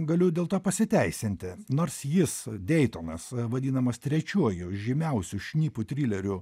galiu dėl to pasiteisinti nors jis deitonas vadinamas trečiuoju žymiausiu šnipų trilerių